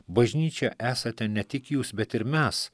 bažnyčia esate ne tik jūs bet ir mes